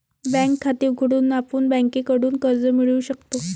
bank खाते उघडून आपण बँकेकडून कर्ज मिळवू शकतो